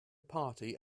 party